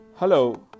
Hello